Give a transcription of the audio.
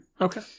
Okay